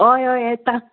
हय हय येता